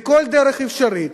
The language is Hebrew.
בכל דרך אפשרית,